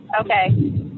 Okay